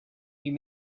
you